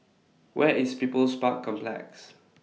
Where IS People's Park Complex